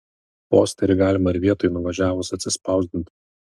posterį galima ir vietoj nuvažiavus atsispausdint